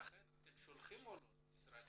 לכן אתם שולחים או לא למשרדים?